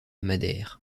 madère